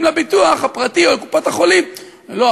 לביטוח הפרטי או לקופות-החולים: לא,